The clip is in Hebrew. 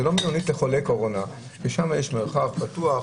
זו לא מלונית לחולי קורונה, ששם יש מרחב פתוח.